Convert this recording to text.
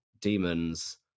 demons